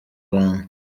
rwanda